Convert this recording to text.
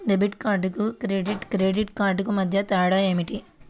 Debit కార్డుకు credit credit కార్డుకు మధ్య తేడా ఏమిటీ?